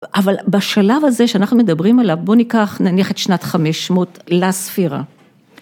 אבל בשלב הזה שאנחנו מדברים עליו בואו ניקח נניח את שנת חמש מאות לספירה.